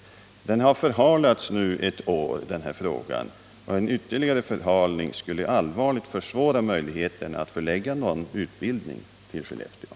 Frågan har förhalats ett år, och en ytterligare förhalning skulle allvarligt försvåra möjligheten att förlägga någon utbildning till Skellefteå.